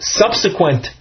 subsequent